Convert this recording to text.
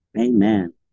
Amen